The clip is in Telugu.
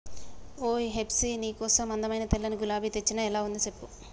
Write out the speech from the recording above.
ఓయ్ హెప్సీ నీ కోసం అందమైన తెల్లని గులాబీ తెచ్చిన ఎలా ఉంది సెప్పు